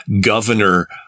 governor